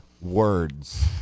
words